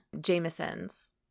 Jameson's